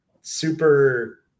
super